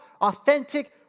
authentic